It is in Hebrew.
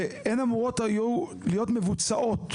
והן היו אמורות להיות מבוצעות.